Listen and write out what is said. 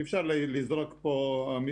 אי אפשר לזרוק פה סיסמאות.